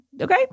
Okay